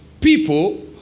people